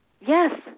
Yes